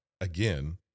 again